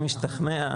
אני משתכנע.